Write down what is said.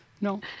No